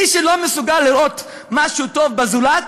מי שלא מסוגל לראות משהו טוב בזולת,